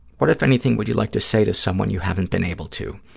what, if anything, would you like to say to someone you haven't been able to?